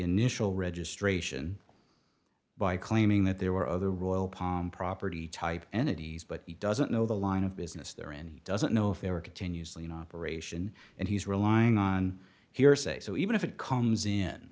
initial registration by claiming that there were other royal palm property type entities but he doesn't know the line of business there and he doesn't know if they were continuously in operation and he's relying on hearsay so even if it comes in